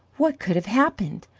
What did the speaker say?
what could have happened?